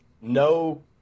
no